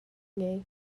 ngei